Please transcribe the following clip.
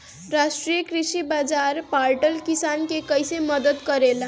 राष्ट्रीय कृषि बाजार पोर्टल किसान के कइसे मदद करेला?